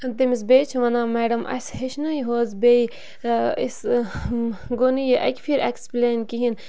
تٔمِس بیٚیہِ چھِ وَنان میڈم اَسہِ ہیٚچھنٲیِہ حظ بیٚیہِ أسۍ گوٚو نہٕ یہِ اَکہِ پھِرِ اٮ۪کٕسپٕلین کِہیٖنۍ